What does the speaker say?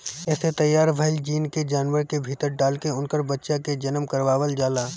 एसे तैयार भईल जीन के जानवर के भीतर डाल के उनकर बच्चा के जनम करवावल जाला